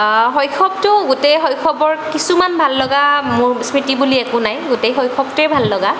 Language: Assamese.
শৈশৱটো গোটেই শৈশৱৰ কিছুমান ভাল লগা মোৰ স্মৃতি বুলি একো নাই গোটেই শৈশৱটোৱেই ভাল লগা